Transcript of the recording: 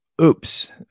oops